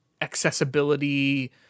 accessibility